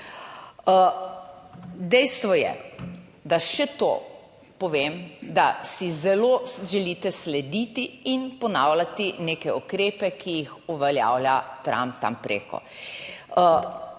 Dejstvo je, da še to povem, da si zelo želite slediti in ponavljati neke ukrepe, ki jih uveljavlja Trump tam preko.